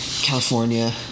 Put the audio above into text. California